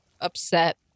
upset